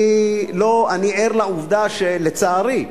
אני ער לעובדה שלצערי,